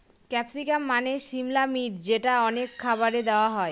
capsicum মানে সিমলা মির্চ যেটা অনেক খাবারে দেওয়া হয়